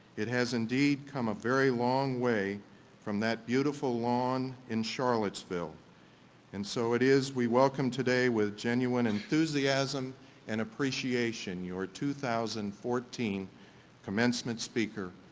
it has indeed come a very long way from that beautiful lawn in charlottesville and so it is we welcome today with genuine enthusiasm and appreciation, your two thousand and fourteen commencement speaker,